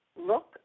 look